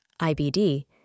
IBD